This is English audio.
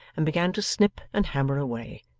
and began to snip and hammer away,